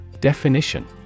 Definition